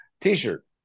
T-shirt